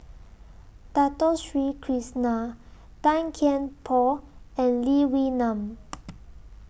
Dato Sri Krishna Tan Kian Por and Lee Wee Nam